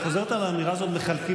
לאומי שיחלקו